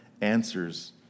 answers